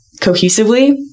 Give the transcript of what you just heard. cohesively